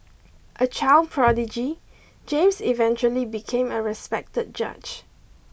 a child prodigy James eventually became a respected judge